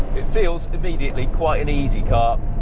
it feels immediately quite an easy car